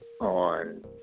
on